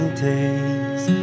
days